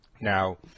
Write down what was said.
Now